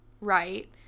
right